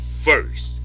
first